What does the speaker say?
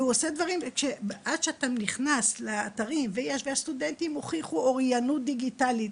עד שאתה נכנס לאתרים והסטודנטים הוכיחו אוריינות דיגיטלית,